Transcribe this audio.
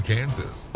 Kansas